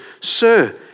Sir